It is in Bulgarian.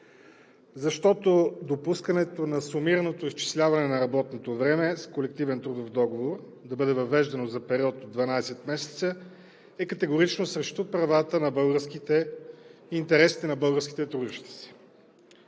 защото допускането на сумираното изчисляване на работното време с колективен трудов договор да бъде въвеждано за период от 12 месеца е категорично срещу интересите на българските трудещи се.